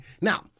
Now